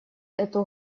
эту